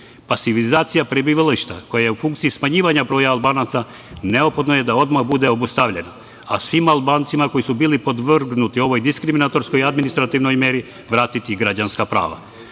Pa civilizacija prebivališta koje ja u funkciji smanjivanja broja Albanaca neophodno je da odmah bude obustavljena, a svim Albancima koji su bili podvrgnuti ovoj diskriminatorskoj i administrativnoj meri, vratiti građanska prava.